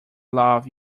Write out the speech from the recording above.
love